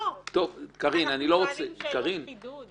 לא, אנחנו שואלים שאלות חידוד.